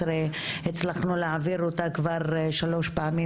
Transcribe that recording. הצלחנו להעביר אותה כבר שלוש פעמים,